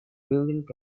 building